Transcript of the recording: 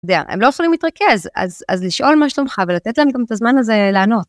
הם לא יכולים להתרכז אז לשאול מה שלומך ולתת להם גם את הזמן הזה לענות.